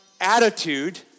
attitude